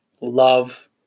love